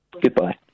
Goodbye